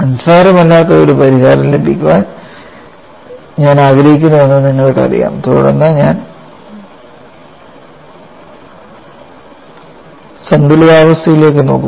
നിസ്സാരമല്ലാത്ത ഒരു പരിഹാരം ലഭിക്കാൻ ഞാൻ ആഗ്രഹിക്കുന്നുവെന്ന് നിങ്ങൾക്കറിയാം തുടർന്ന് ഞാൻ സന്തുലിതാവസ്ഥയിലേക്ക് നോക്കുന്നു